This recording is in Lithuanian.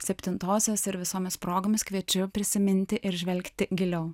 septintosios ir visomis progomis kviečiu prisiminti ir žvelgti giliau